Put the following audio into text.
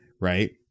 Right